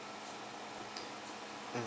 mm